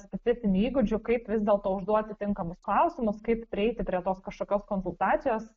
specifinių įgūdžių kaip vis dėlto užduoti tinkamus klausimus kaip prieiti prie tos kažkokios konsultacijos